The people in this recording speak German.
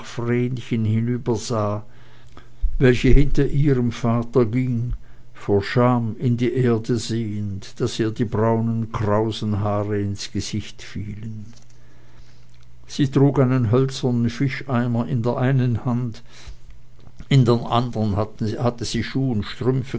vrenchen hinübersah welche hinter ihrem vater ging vor scham in die erde sehend daß ihr die braunen krausen haare ins gesicht fielen sie trug einen hölzernen fischeimer in der einen hand in der anderen hatte sie schuh und strümpfe